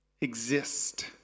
Exist